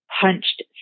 punched